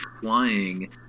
flying